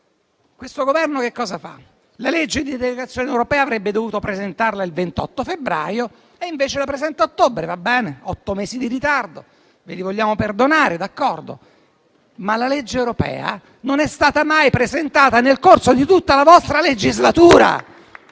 Questo Governo che cosa fa? La legge di delegazione europea avrebbe dovuto presentarla il 28 febbraio e invece la presenta a ottobre; va bene, otto mesi di ritardo ve li vogliamo perdonare, ma la legge europea non è stata mai presentata nel corso di tutta la vostra legislatura.